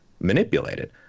manipulated